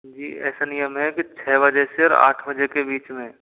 जी ऐसा नियम हैं कि छः बजे से आठ बजे के बीच में